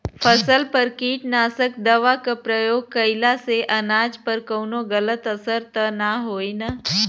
फसल पर कीटनाशक दवा क प्रयोग कइला से अनाज पर कवनो गलत असर त ना होई न?